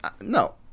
no